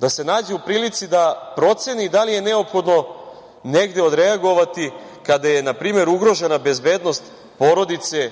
da se nađe u prilici da proceni da li je neophodno negde odreagovati kada je npr. ugrožena bezbednost porodice